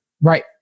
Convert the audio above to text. Right